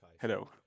Hello